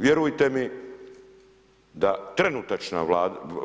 Vjerujte mi da trenutačna